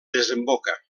desemboca